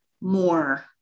more